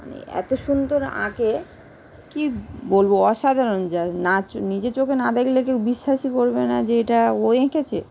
মানে এত সুন্দর আঁকে কি বলবো অসাধারণ যা নাচ নিজে চোখে না দেখলে কেউ বিশ্বাসই করবে না যে এটা ও এঁকেছে